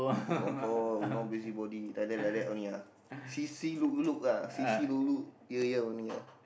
confirm no busybody like that like that only lah see see look look ah see see look look hear hear only ah